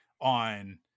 on